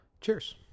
Cheers